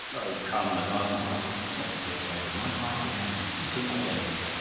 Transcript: oh come! the garden party was frightfully exciting. my heart began beating like anything.